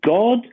God